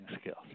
skills